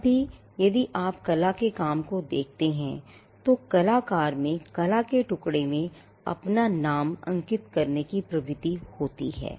अब भी यदि आप कला के काम को देखते हैं तो कलाकार में कला के टुकड़े में अपना नाम अंकित करने की प्रवृत्ति होती है